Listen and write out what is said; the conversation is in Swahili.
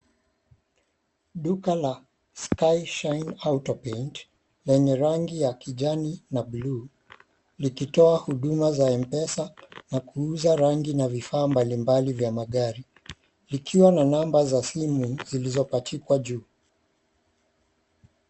Duka la skyshine autopaint lenye rangi ya kijani na bluu likitoa huduma za mpesa, kuuzaa rangi na vifaa mbalimbali vya magari, likiwa na namba za simu zilizopachikwa juu.